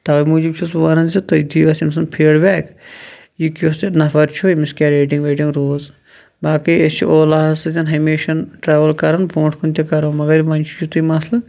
تَوَے موٗجُوب چھُس بہٕ وَنان زِ تُہۍ دِیِو اَسہِ امۍ سُنٛد فیٖڑبیک یہِ کیُتھ ہیٚو نَفَر چھُ أمِس کیٛاہ ریٹِنٛگ ویٹِنٛگ روٗز باقٕے أسۍ چھِ اوٗلا ہَس سۭتۍ ہَمیشہ ٹریٚوٕل کَران بونٛٹھ کُن تہِ کَرَو مَگَر وۄنۍ چھُ یُتُے مَسلہِ